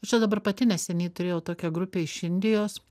čia dabar pati neseniai turėjau tokią grupę iš indijos